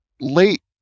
late